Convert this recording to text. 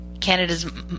Canada's